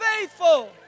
faithful